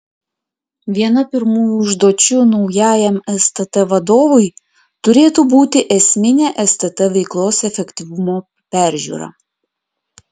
viena pirmųjų užduočių naujajam stt vadovui turėtų būti esminė stt veiklos efektyvumo peržiūra